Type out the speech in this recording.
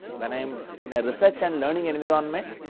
when i am in a research and learning environment,